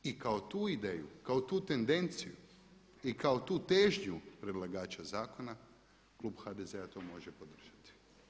I kao tu ideju, kao tu tendenciju i kao tu težnju predlagača zakona, klub HDZ-a to može podržati.